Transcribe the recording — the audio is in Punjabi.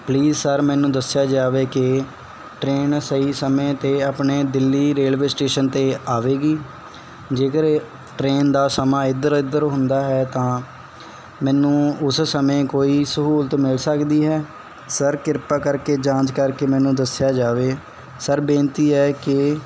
ਪਲੀਜ਼ ਸਰ ਮੈਨੂੰ ਦੱਸਿਆ ਜਾਵੇ ਕਿ ਟ੍ਰੇਨ ਸਹੀ ਸਮੇਂ 'ਤੇ ਆਪਣੇ ਦਿੱਲੀ ਰੇਲਵੇ ਸਟੇਸ਼ਨ 'ਤੇ ਆਵੇਗੀ ਜੇਕਰ ਟਰੇਨ ਦਾ ਸਮਾਂ ਇਧਰ ਇਧਰ ਹੁੰਦਾ ਹੈ ਤਾਂ ਮੈਨੂੰ ਉਸ ਸਮੇਂ ਕੋਈ ਸਹੂਲਤ ਮਿਲ ਸਕਦੀ ਹੈ ਸਰ ਕਿਰਪਾ ਕਰਕੇ ਜਾਂਚ ਕਰਕੇ ਮੈਨੂੰ ਦੱਸਿਆ ਜਾਵੇ ਸਰ ਬੇਨਤੀ ਹੈ ਕਿ